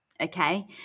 okay